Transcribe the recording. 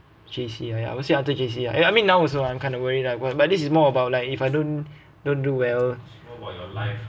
J_C I will say until J_C ah ya I mean now also I'm kind of worried lah but this is more about like if I don't don't do well